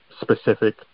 specific